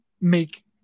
make